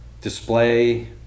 display